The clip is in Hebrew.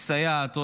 מסייעת,